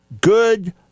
good